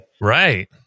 Right